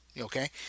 okay